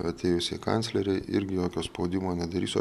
atėjus į kanclerį irgi jokio spaudimo nedarysiu